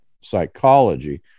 psychology